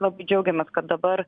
labai džiaugiamės kad dabar